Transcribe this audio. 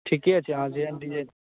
ठीके छै अहाँ जेहन डिजाइन